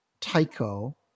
Tycho